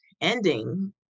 ending